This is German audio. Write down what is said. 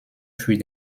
für